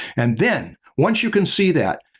and then, once you can see that,